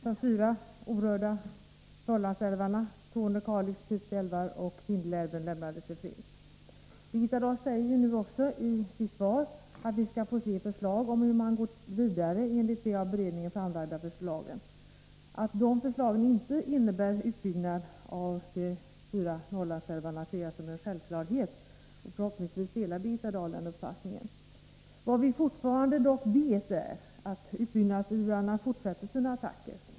De fyra orörda Norrlandsälvarna — Torne, Kalix och Pite älvar samt Vindelälven — lämnades i fred. Birgitta Dahl säger också i sitt svar att vi skall få se förslag om hur man går vidare enligt de av beredningen framlagda förslagen. Att de förslagen inte innebär utbyggnad av de fyra Norrlandsälvarna ser jag som en självklarhet. Förhoppningsvis delar Birgitta Dahl den uppfattningen. Vad vi fortfarande dock vet är att utbyggnadsivrarna fortssätter sina attacker.